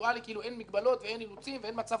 אין מגבלות ואין אילוצים ואין מצב קיים,